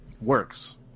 works